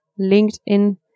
LinkedIn